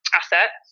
asset